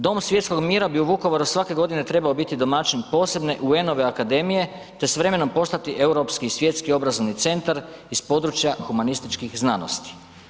Dom svjetskog mira bi u Vukovaru svake godine trebao biti domaćin posebne UN-ove akademije te s vremenom postati europski i svjetski obrazovni centar iz područja humanističkih znanosti.